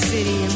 City